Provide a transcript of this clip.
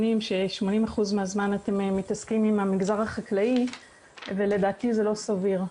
ש-80% מהזמן אתם מתעסקים עם המגזר החקלאי ולדעתי זה לא סביר.